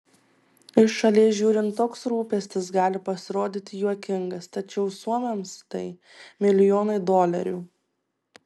iš šalies žiūrint toks rūpestis gali pasirodyti juokingas tačiau suomiams tai milijonai dolerių